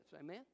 Amen